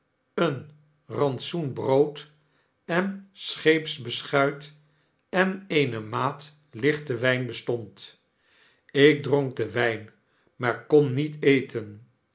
een rantsoen brood en scheepsbeschuit en eene maat lichten wgn bestond ik dronk den wijn maar kon niet eten